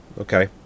okay